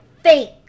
fake